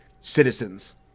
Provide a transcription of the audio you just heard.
citizens